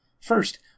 First